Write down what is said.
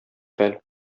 хәл